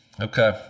Okay